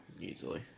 easily